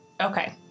Okay